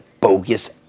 bogus